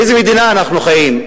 באיזו מדינה אנחנו חיים?